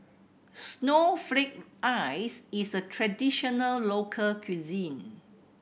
snowflake ice is a traditional local cuisine